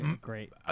Great